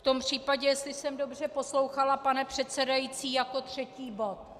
V tom případě, jestli jsem dobře poslouchala, pane předsedající, jako třetí bod.